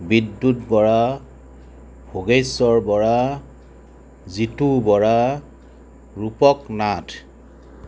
বিদ্যুত বৰা ভোগেশ্বৰ বৰা জিতু বৰা ৰূপক নাথ